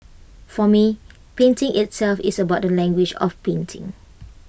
for me painting itself is about the language of painting